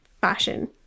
fashion